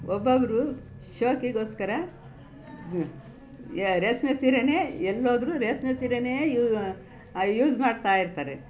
ಒಬ್ಬೊಬ್ಬರು ಶೋಕಿಗೋಸ್ಕರ ಯ ರೇಷ್ಮೆ ಸೀರೆ ಎಲ್ಲೋದರೂ ರೇಷ್ಮೆ ಸೀರೆನೇ ಯೂ ಯೂಸ್ ಮಾಡ್ತಾ ಇರ್ತಾರೆ